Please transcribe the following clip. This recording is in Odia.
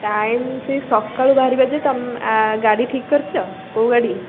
ଟାଇମ୍ ସେଇ ସକାଳୁ ବାହାରିବା ଯେ ତମ୍ ଗାଡ଼ି ଠିକ୍ କରିଛ କେଉଁ ଗାଡ଼ି